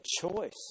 choice